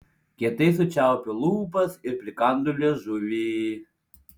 kietai sučiaupiu lūpas ir prikandu liežuvį